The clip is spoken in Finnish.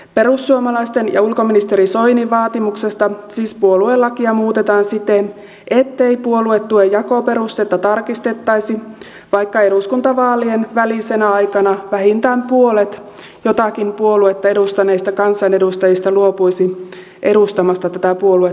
perussuomalaisten ja ulkoministeri soinin vaatimuksesta siis puoluelakia muutetaan siten ettei puoluetuen jakoperustetta tarkistettaisi vaikka eduskuntavaalien välisenä aikana vähintään puolet jotakin puoluetta edustaneista kansanedustajista luopuisi edustamasta tätä puoluetta eduskunnassa